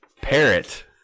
parrot